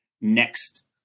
next